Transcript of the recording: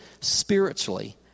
spiritually